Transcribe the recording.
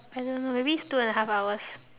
I don't know maybe it's two and a half hours